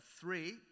three